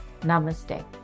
namaste